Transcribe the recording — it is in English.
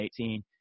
2018